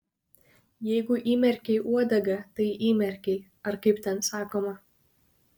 jeigu įmerkei uodegą tai įmerkei ar kaip ten sakoma